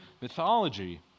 mythology